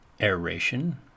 aeration